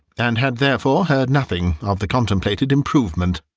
and had therefore heard nothing of the contemplated improvement.